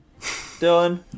Dylan